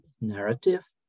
narrative